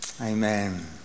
Amen